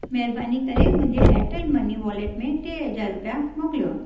महिरबानी करे मुंहिंजे एयरटेल मनी वॉलेट में टे हज़ार रुपिया मोकिलियो